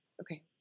Okay